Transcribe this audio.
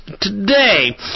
today